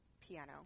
piano